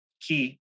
key